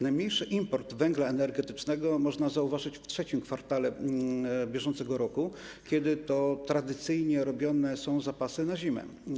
Najmniejszy import węgla energetycznego można zauważyć w III kwartale br., kiedy to tradycyjnie robione są zapasy na zimę.